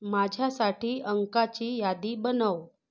माझ्यासाठी अंकाची यादी बनव